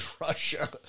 russia